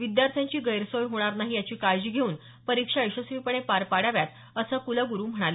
विद्यार्थ्यांची गैरसोय होणार नाही याची काळजी घेऊन परीक्षा यशस्वीपणे पार पाडाव्यात असं कुलगुरु म्हणाले